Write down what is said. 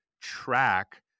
track